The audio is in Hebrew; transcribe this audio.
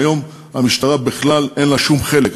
שהיום למשטרה אין בכלל שום חלק.